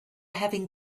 having